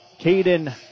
Caden